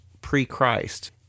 pre-Christ